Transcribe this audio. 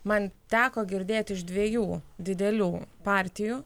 man teko girdėt iš dviejų didelių partijų